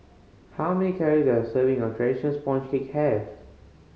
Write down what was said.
how many calorie does serving of traditional sponge cake have